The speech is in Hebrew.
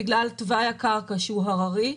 בגלל תוואי הקרקע שהוא הררי,